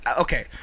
Okay